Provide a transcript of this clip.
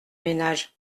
ménage